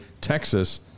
Texas